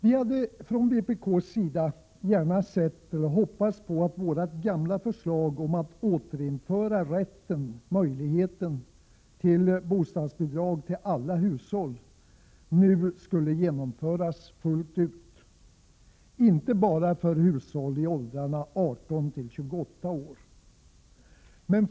Vi hade från vpk:s sida hoppats på att vårt gamla förslag att återinföra möjligheten till bostadsbidrag till alla hushåll nu skulle genomföras fullt ut, inte bara för hushåll med medlemmar i åldrarna 18-28 år.